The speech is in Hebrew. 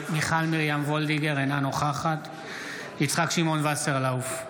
אינה נוכחת יצחק שמעון וסרלאוף,